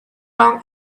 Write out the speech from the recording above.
wrong